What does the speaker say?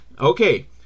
Okay